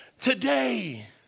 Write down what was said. Today